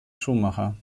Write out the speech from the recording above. schuhmacher